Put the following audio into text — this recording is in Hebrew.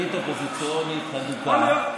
ברית אופוזיציונית הדוקה,